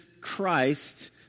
Christ